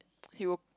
he will